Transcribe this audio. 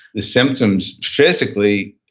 the symptoms, physically,